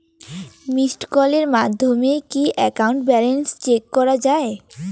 Missed কলের মাধ্যমে কি একাউন্ট ব্যালেন্স চেক করা যায়?